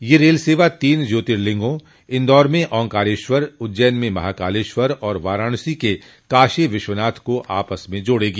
यह रेल सेवा तीन ज्योतिर्लिंगों इंदौर में ओंकारेश्वर उज्जैन में महाकालेश्वर और वाराणसी के काशी विश्वनाथ को आपस में जोड़ेगी